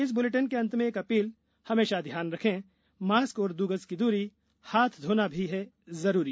इस बुलेटिन के अंत में एक अपील हमेशा ध्यान रखें मास्क और दो गज की दूरी हाथ धोना भी है जरूरी